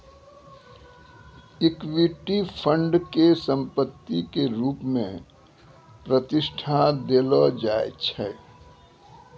equity fund के संपत्ति के रुप मे प्रतिष्ठा देलो जाय छै